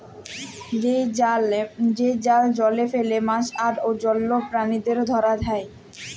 যে জাল জলে ফেলে মাছ আর অল্য প্রালিদের ধরা হ্যয়